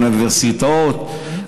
אוניברסיטאות,